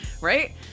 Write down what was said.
Right